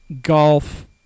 golf